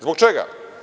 Zbog čega?